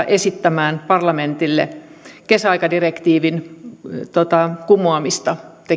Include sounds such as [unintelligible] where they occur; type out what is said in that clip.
[unintelligible] esittämään parlamentille kesäaikadirektiivin kumoamisen